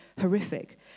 horrific